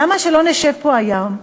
למה שלא נשב פה היום,